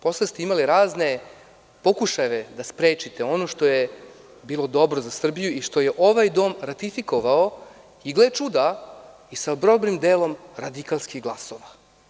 Posle ste imali razne pokušaje da sprečite ono što je bilo dobro za Srbiju i što je ovaj dom ratifikovao i gle čuda, sa dobrim delom radikalskih glasova.